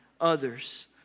others